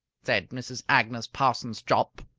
said mrs. agnes parsons jopp,